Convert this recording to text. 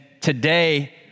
today